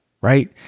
right